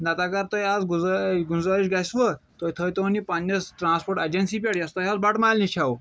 نَتہٕ اَگر تۄہہِ حظ گُزٲرِش گَژھوٕ تُہۍ تھایتوہن یہِ پنٛنِس ٹرٛانسپوٹ ایٚجَنسی پٮ۪ٹھ یۄس تۄہہِ حظ بَٹہٕ مالنہِ چھَو